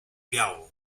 biało